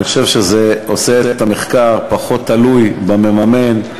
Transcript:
אני חושב שזה עושה את המחקר פחות תלוי במממן.